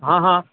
ہاں ہاں